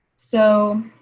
so,